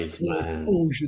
man